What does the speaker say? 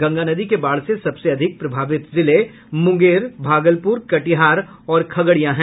गंगा नदी के बाढ़ से सबसे अधिक प्रभावित जिले मुंगेर भागलपुर कटिहार और खगड़िया हैं